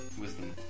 wisdom